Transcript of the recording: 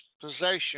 possession